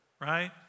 right